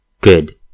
Good